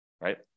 right